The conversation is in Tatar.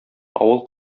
авыл